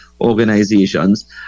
organizations